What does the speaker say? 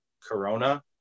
corona